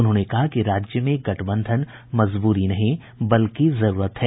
उन्होंने कहा कि राज्य में गठबंधन मजबूरी नहीं बल्कि जरूरत है